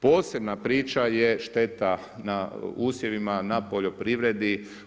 Posebna priča je šteta na usjevima, na poljoprivredi.